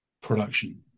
production